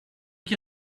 qui